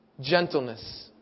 Gentleness